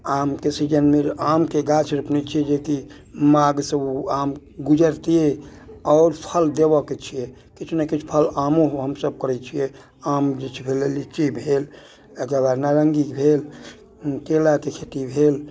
आमके सीजनमे आमके गाछ रोपने छियै जेकि माघसँ ओ आम गुजरतिये आओर फल देबऽ के छियै किछु ने किछु फल आमो हमसभ करैत छियै आम किछु भेल लीची भेल एकर बाद नारङ्गी भेल केलाके खेती भेल